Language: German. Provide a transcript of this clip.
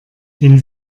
den